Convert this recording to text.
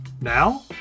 Now